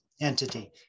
entity